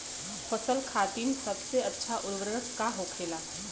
फसल खातीन सबसे अच्छा उर्वरक का होखेला?